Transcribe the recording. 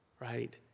right